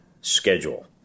schedule